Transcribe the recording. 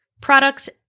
products